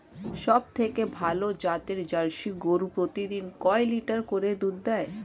সবথেকে ভালো জাতের জার্সি গরু প্রতিদিন কয় লিটার করে দুধ দেয়?